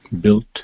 built